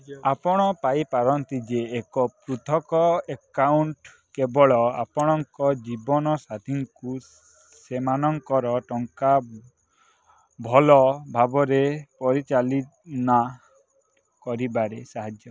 ଆପଣ ପାଇପାରନ୍ତି ଯେ ଏକ ପୃଥକ୍ ଆକାଉଣ୍ଟ୍ କେବଳ ଆପଣଙ୍କ ଜୀବନ ସାଥୀଙ୍କୁ ସେମାନଙ୍କର ଟଙ୍କା ଭଲ ଭାବରେ ପରିଚାଳନା କରିବାରେ ସାହାଯ୍ୟ କରେ